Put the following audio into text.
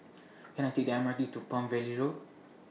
Can I Take The M R T to Palm Valley Road